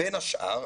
בין השאר,